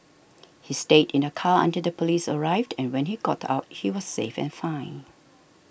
he stayed in the car until the police arrived and when he got out he was safe and fine